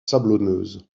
sablonneuse